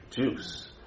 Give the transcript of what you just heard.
juice